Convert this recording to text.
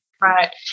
right